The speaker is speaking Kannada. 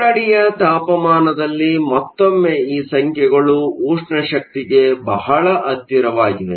ಕೊಠಡಿಯ ತಾಪಮಾನದಲ್ಲಿ ಮತ್ತೊಮ್ಮೆ ಈ ಸಂಖ್ಯೆಗಳು ಉಷ್ಣ ಶಕ್ತಿಗೆ ಬಹಳ ಹತ್ತಿರವಾಗಿವೆ